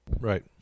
Right